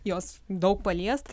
jos daug paliest